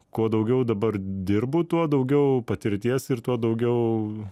kuo daugiau dabar dirbu tuo daugiau patirties ir tuo daugiau